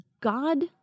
God